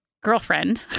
girlfriend